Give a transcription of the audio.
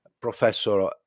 Professor